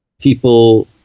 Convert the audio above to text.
people